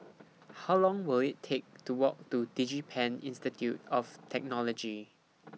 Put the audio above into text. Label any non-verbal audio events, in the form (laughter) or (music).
How Long Will IT Take to Walk to Digipen Institute of Technology (noise)